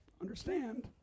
understand